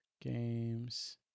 Games